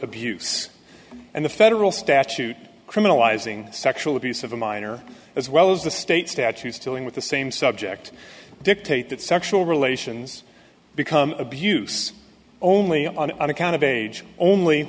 abuse and the federal statute criminalizing sexual abuse of a minor as well as the state statutes dealing with the same subject dictate that sexual relations become abuse only on account of age only